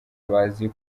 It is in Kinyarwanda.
bazi